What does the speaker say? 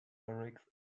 lyrics